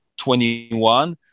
21